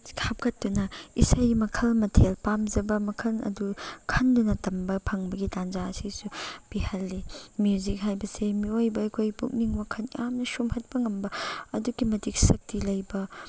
ꯍꯥꯞꯀꯠꯇꯨꯅ ꯏꯁꯩ ꯃꯈꯜ ꯃꯊꯦꯜ ꯄꯥꯝꯖꯕ ꯃꯈꯜ ꯑꯗꯨ ꯈꯟꯗꯨꯅ ꯇꯝꯕ ꯐꯪꯕꯒꯤ ꯇꯟꯖꯥ ꯑꯁꯤꯁꯨ ꯄꯤꯍꯜꯂꯤ ꯃ꯭ꯌꯨꯖꯤꯛ ꯍꯥꯏꯕꯁꯦ ꯃꯤꯑꯣꯏꯕ ꯑꯩꯈꯣꯏ ꯄꯨꯛꯅꯤꯡ ꯋꯥꯈꯜ ꯌꯥꯝꯅ ꯁꯨꯝꯍꯠꯄ ꯉꯝꯕ ꯑꯗꯨꯛꯀꯤ ꯃꯇꯤꯛ ꯁꯛꯇꯤ ꯂꯩꯕ